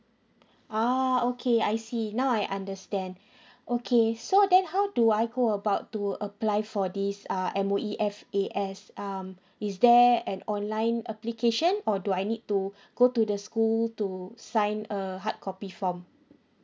ah okay I see now I understand okay so then how do I go about to apply for this uh M_O_E F_A_S um is there an online application or do I need to go to the school to sign a hard copy form